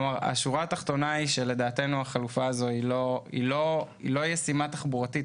השורה התחתונה היא שלדעתנו החלופה הזו לא ישימה תחבורתית,